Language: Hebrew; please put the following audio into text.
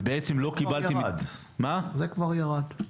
ובעצם לא קיבלתם --- זה כבר ירד.